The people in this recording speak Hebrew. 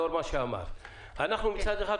מצד אחד,